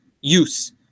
use